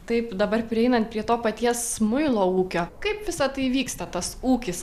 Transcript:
taip dabar prieinant prie to paties muilo ūkio kaip visa tai vyksta tas ūkis